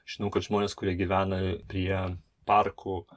žinau kad žmonės kurie gyvena prie parkų